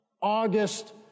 August